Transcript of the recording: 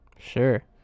sure